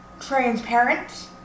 transparent